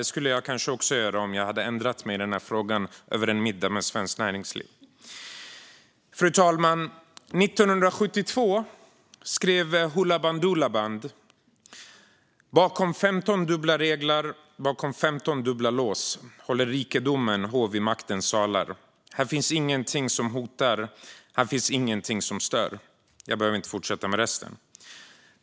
Det skulle kanske jag också göra om jag hade ändrat mig i denna fråga över en middag med Svenskt Näringsliv. Fru talman! År 1972 skrev Hoola Bandoola Band: Bakom femton dubbla reglar, bakom femton dubbla låshåller rikedomen hov i maktens salar. Här finns ingenting som hotar, här finns ingenting som stör. Jag behöver inte fortsätta med resten.